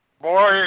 Boy